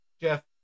Jeff